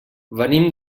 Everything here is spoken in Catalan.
venim